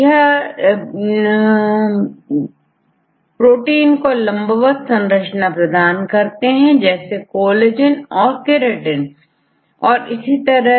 यह प्रोटीन को लंबवत संरचना प्रदान करते हैं जैसे कोलेजन और कीरेटिंन और भी इसी तरह